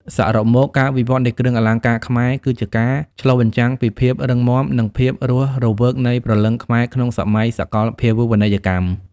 សរុបមក ការវិវត្តនៃគ្រឿងអលង្ការខ្មែរ គឺជាការឆ្លុះបញ្ចាំងពីភាពរឹងមាំ និងភាពរស់រវើកនៃព្រលឹងខ្មែរក្នុងសម័យសកលភាវូបនីយកម្ម។